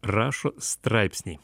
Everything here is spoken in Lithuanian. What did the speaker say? rašo straipsnį